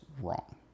wrong